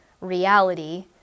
reality